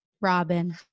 Robin